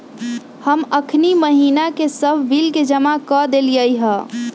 हम अखनी महिना के सभ बिल के जमा कऽ देलियइ ह